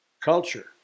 culture